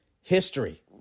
history